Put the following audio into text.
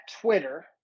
Twitter